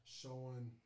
showing